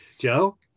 Joe